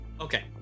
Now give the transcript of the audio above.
Okay